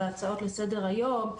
על ההצעות לסדר היום,